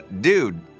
dude